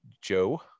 Joe